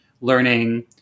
learning